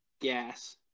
gas